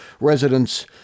residents